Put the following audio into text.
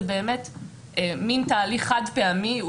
זה מין תהליך חד-פעמי.